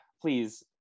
please